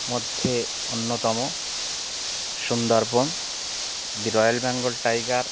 মধ্যে অন্যতম সুন্দরবন যে রয়েল বেঙ্গল টাইগার